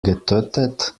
getötet